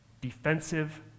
defensive